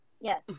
Yes